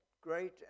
great